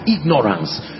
ignorance